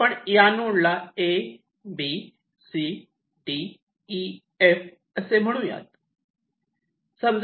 आपण या नोड ला A B C D E F असे म्हणूयात